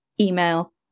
email